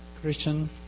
Christian